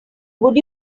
would